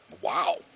wow